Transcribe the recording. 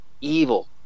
evil